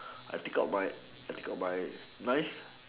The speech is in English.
I take out my I take out my knife